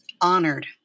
honored